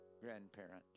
grandparents